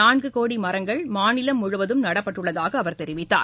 நான்கு கோடி மரங்கள் மாநிலம் முழுவதும் நடப்பட்டுள்ளதாக அவர் தெரிவித்தார்